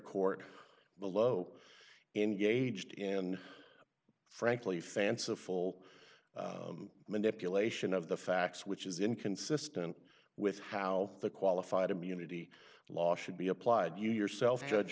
court below engaged in frankly fanciful manipulation of the facts which is inconsistent with how the qualified immunity law should be applied you yourself judge